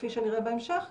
כפי שנראה בהמשך,